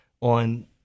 on